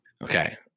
Okay